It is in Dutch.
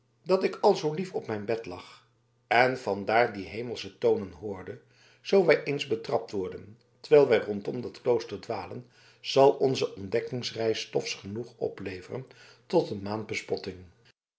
dat ik al zoo lief op mijn bed lag en van daar die hemelsche tonen hoorde zoo wij eens betrapt worden terwijl wij rondom dat klooster dwalen zal onze ontdekkingsreis stofs genoeg opleveren tot een maand bespotting